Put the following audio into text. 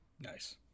Nice